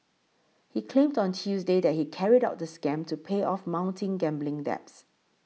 he claimed on Tuesday that he carried out the scam to pay off mounting gambling debts